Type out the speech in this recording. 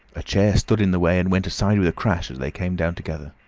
a chair stood in the way, and went aside with a crash as they came down together.